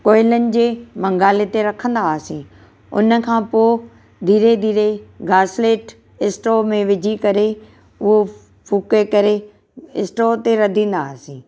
कोयलनि जे मंगाले ते रखंदा हुआसीं उनखां पोइ धीरे धीरे घासलेट इस्टोव में विझी करे उहो फूके करे इस्टोव ते रधिंदा हुआसीं